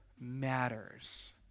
matters